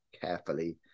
carefully